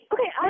Okay